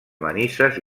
manises